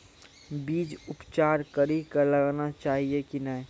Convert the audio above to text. बीज उपचार कड़ी कऽ लगाना चाहिए कि नैय?